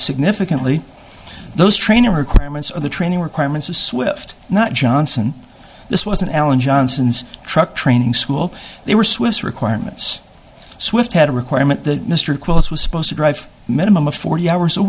significantly those training her crime and the training requirements of swift not johnson this wasn't alan johnson's truck training school they were swiss requirements swift had a requirement that mr quest was supposed to drive a minimum of forty hours a